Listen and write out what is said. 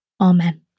Amen